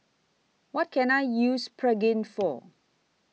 What Can I use Pregain For